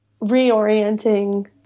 reorienting